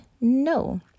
No